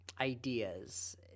ideas